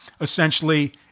Essentially